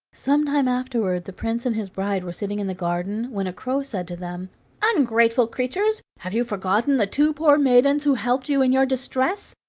some time afterward the prince and his bride were sitting in the garden, when a crow said to them ungrateful creatures! have you forgotten the two poor maidens who helped you in your distress?